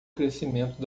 crescimento